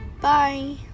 bye